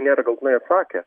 nėra galutinai atsakę